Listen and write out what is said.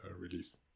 release